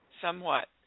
Somewhat